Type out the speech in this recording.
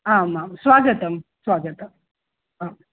आमां स्वागतं स्वागतम् आम्